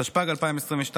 התשפ"ג 2022,